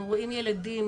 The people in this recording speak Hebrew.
אנחנו רואים ילדים